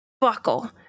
buckle